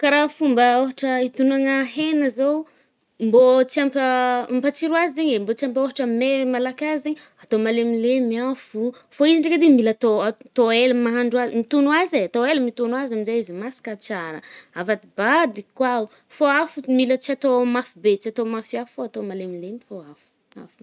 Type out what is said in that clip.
Kà raha fômba ôhatra itonoàgna hena zao, mbô tsy ampa -ampatsiro azy zaigny e, mbô tsy ampa-ôhatran’mey malaky azy zegny, atao malemilemy afo oh, fô izy ndreka de mila atô-atô ela mahandro a-mitogno azy e, atô ela mitogno azy de aminje izy masaka tsara, avadibadiky koao, fô afo oh, mila tsy atao mafy be, tsy atao mafy afo fô atao malemilemy fô afo, afony.